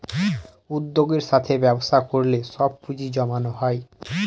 উদ্যোগের সাথে ব্যবসা করলে সব পুজিঁ জমানো হয়